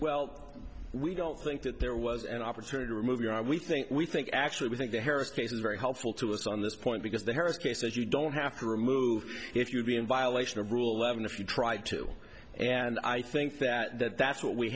well we don't think that there was an opportunity to remove your eye we think we think actually we think the harris case is very helpful to us on this point because the harris cases you don't have to remove if you'll be in violation of rule eleven if you try to and i think that that that's what we